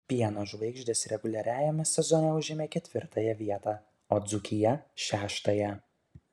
pieno žvaigždės reguliariajame sezone užėmė ketvirtąją vietą o dzūkija šeštąją